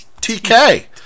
T-K